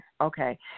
Okay